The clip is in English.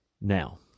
Now